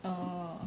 orh